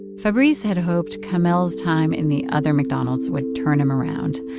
fabrice had hoped kamel's time in the other mcdonald's would turn him around,